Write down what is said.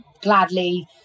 gladly